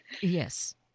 Yes